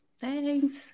Thanks